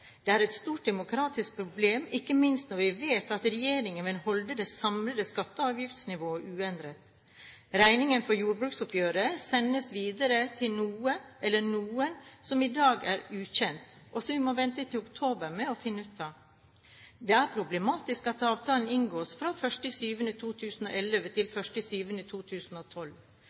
Det er et stort demokratisk problem, ikke minst når vi vet at regjeringen vil holde det samlede skatte- og avgiftsnivået uendret. Regningen for jordbruksoppgjøret sendes videre til noe eller noen som i dag er ukjent, og som vi må vente til oktober med å finne ut av. Det er problematisk at avtalen inngås fra 1. juli 2011, og gjelder til 1. juli 2012.